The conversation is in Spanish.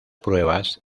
pruebas